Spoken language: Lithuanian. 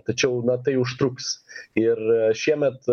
tačiau na tai užtruks ir šiemet